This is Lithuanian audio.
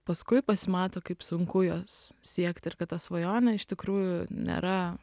paskui pasimato kaip sunku jos siekti ir kad ta svajonė iš tikrųjų nėra